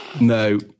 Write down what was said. no